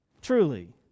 truly